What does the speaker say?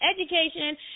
education